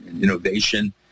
innovation